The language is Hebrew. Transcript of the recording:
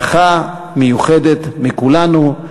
ברכה מיוחדת מכולנו.